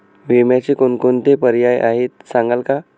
विम्याचे कोणकोणते पर्याय आहेत सांगाल का?